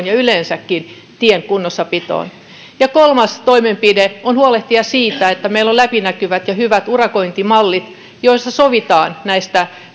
ja yleensäkin tien kunnossapitoomme kolmas toimenpide on huolehtia siitä että meillä on läpinäkyvät ja hyvät urakointimallit joissa sovitaan näistä